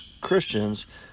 Christians